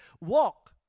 Walk